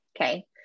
okay